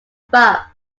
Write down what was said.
above